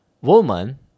woman